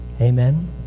amen